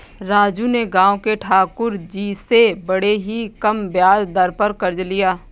राजू ने गांव के ठाकुर जी से बड़े ही कम ब्याज दर पर कर्ज लिया